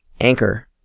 Anchor